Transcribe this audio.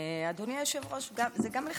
אדוני היושב-ראש, זה גם לך,